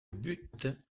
but